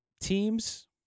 Teams